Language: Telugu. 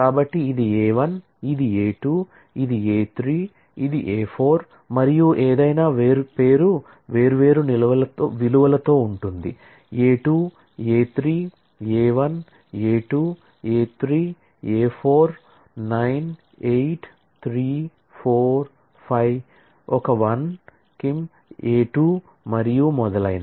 కాబట్టి ఇది A 1 ఇది A 2 ఇది A 3 ఇది A 4 మరియు ఏదైనా పేరు వేర్వేరు విలువలతో ఉంటుంది a 2 a 3 a 1 a 2 a 3 a 4 98345 a1 Kim a 2 మరియు మొదలైనవి